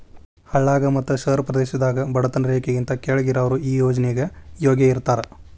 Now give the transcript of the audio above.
ಹಳ್ಳಾಗ ಮತ್ತ ಶಹರ ಪ್ರದೇಶದಾಗ ಬಡತನ ರೇಖೆಗಿಂತ ಕೆಳ್ಗ್ ಇರಾವ್ರು ಈ ಯೋಜ್ನೆಗೆ ಯೋಗ್ಯ ಇರ್ತಾರ